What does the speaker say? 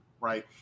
Right